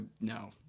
no